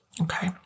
Okay